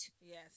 Yes